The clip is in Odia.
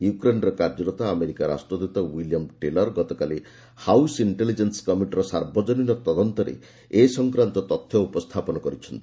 ୟୁକ୍ରେନ୍ରେ କାର୍ଯ୍ୟରତ ଆମେରିକା ରାଷ୍ଟ୍ରଦୂତ ୱିଲିୟମ୍ ଟେଲର ଗତକାଲି ହାଉସ୍ ଇଷ୍ଟେଲିଜେନ୍ସ କମିଟିର ସାର୍ବଜନୀନ ତଦନ୍ତରେ ଏ ସଂକ୍ରାନ୍ତ ତଥ୍ୟ ଉପସ୍ଥାପନ କରିଛନ୍ତି